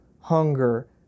hunger